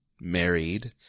married